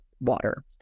water